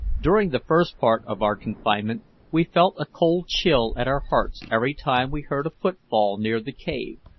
during the first part of our confinement we felt a cold chill at our hearts every time we heard a footfall near the cave,